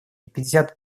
пятьдесят